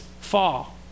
fall